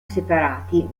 separati